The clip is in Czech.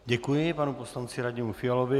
Děkuji panu poslanci Radimu Fialovi.